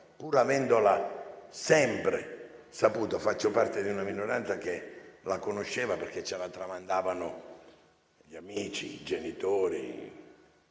pur avendola sempre saputa. Faccio parte di una minoranza che la conosceva perché tramandata dagli amici, dai genitori